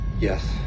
Yes